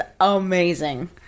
amazing